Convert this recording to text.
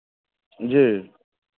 जी